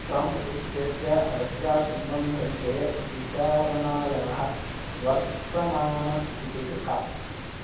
Trump इत्यस्य Russia सम्बन्धविषये विचारणायाः वर्तमानस्थितिः का